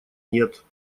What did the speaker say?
нет